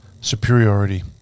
superiority